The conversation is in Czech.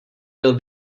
byl